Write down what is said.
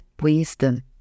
wisdom